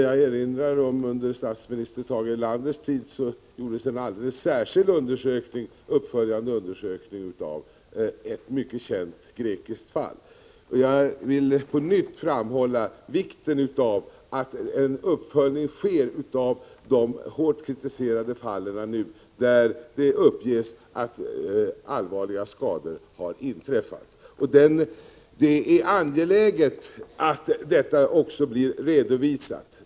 Jag erinrar mig att det under statsminister Tage Erlanders tid gjordes en alldeles särskild uppföljande undersökning av ett mycket känt grekiskt fall. Jag vill på nytt framhålla vikten av att en uppföljning sker av de hårt kritiserade fall där det uppges att allvarliga skador har inträffat. Det är angeläget att detta också blir redovisat.